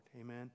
Amen